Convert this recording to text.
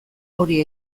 hori